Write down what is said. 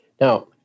Now